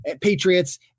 Patriots